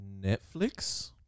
Netflix